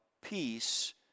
peace